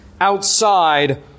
outside